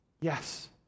Yes